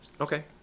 Okay